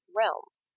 realms